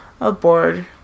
aboard